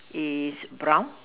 is brown